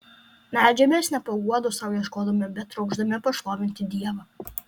meldžiamės ne paguodos sau ieškodami bet trokšdami pašlovinti dievą